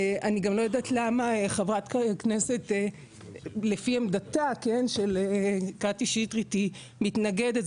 אני גם לא יודעת למה חברת הכנסת לפי עמדתה של קטי שטרית היא מתנגדת,